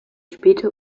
spielte